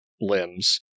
limbs